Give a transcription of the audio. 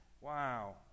wow